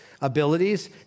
abilities